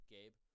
Gabe